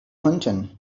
hunting